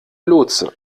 lotse